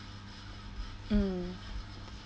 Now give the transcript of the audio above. mm